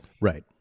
Right